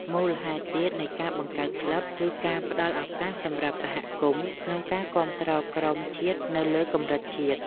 មូលហេតុទៀតនៃការបង្កើតក្លឹប គឺការផ្តល់ឱកាសសម្រាប់សហគមន៍ក្នុងការគាំទ្រក្រុមជាតិនៅលើកម្រិតជាតិ។